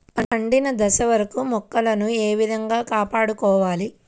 పండిన దశ వరకు మొక్కలను ఏ విధంగా కాపాడుకోవాలి?